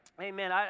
Amen